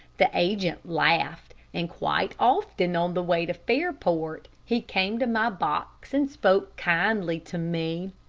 the agent laughed, and quite often on the way to fairport, he came to my box and spoke kindly to me.